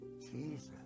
jesus